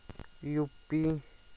U P